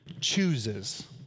chooses